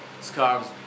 scarves